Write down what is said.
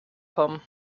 kommen